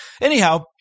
Anyhow